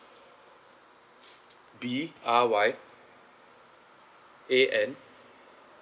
B R Y A N